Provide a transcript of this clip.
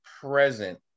present